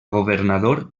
governador